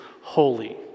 holy